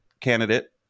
candidate